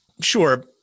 Sure